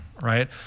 right